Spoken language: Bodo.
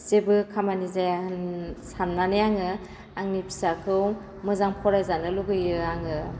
जेबो खामानि जाया सान्नानै आङो आंनि फिसाखौ मोजां फरायजानो लुगैयो आङो